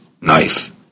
knife